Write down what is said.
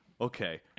Okay